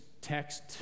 text